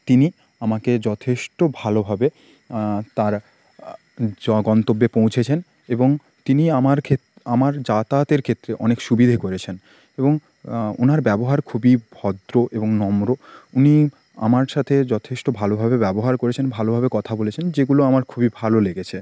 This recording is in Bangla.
তিনি আমাকে যথেষ্ট ভালোভাবে তার য গন্তব্যে পৌঁছেছেন এবং তিনি আমার ক্ষেত আমার যাতায়াতের ক্ষেত্রে অনেক সুবিধে করেছেন এবং ওনার ব্যবহার খুবই ভদ্র এবং নম্র উনি আমার সাথে যথেষ্ট ভালোভাবে ব্যবহার করেছেন ভালোভাবে কথা বলেছেন যেগুলি আমার খুবই ভালো লেগেছে